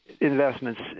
investments